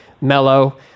mellow